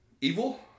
evil